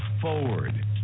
forward